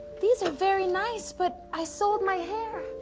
these are very nice but i sold my hair?